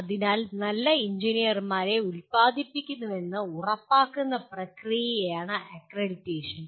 അതിനാൽ നല്ല എഞ്ചിനീയർമാരെ ഉൽപാദിപ്പിക്കുന്നുവെന്ന് ഉറപ്പാക്കുന്ന പ്രക്രിയയാണ് അക്രഡിറ്റേഷൻ